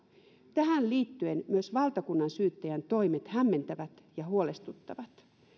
tähän liittyen myös valtakunnansyyttäjän toimet hämmentävät ja huolestuttavat